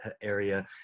area